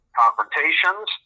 confrontations